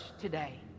today